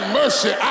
mercy